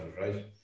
right